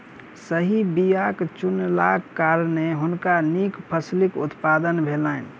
सही बीया चुनलाक कारणेँ हुनका नीक फसिलक उत्पादन भेलैन